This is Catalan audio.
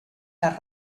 les